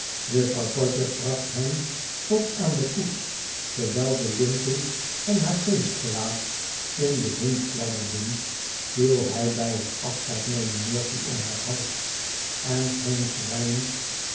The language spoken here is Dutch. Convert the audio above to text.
juffrouw todgers bracht hen tot aan de koets terwijl de linten van haar feestgewaad in den wind fladderden viel bij het afscheidnemen mercy om haar hals en ging